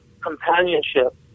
companionship